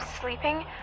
sleeping